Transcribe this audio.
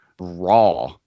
Raw